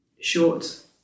short